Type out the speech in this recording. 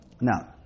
Now